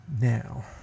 now